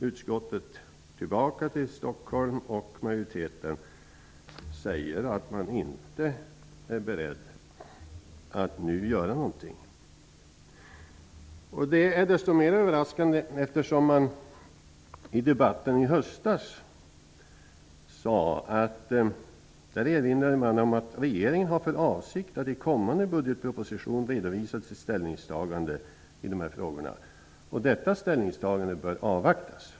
Utskottet åkte tillbaka till Stockholm, och till min besvikelse säger majoriteten att den inte är beredd att nu göra någonting. Det är desto mera överraskande, eftersom man i debatten i höstas erinrade om att regeringen har för avsikt att i kommande budgetproposition redovisa sitt ställningstagande i de här frågorna och att det ställningstagandet bör avvaktas.